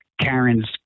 Karen's